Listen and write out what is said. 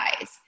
eyes